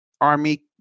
army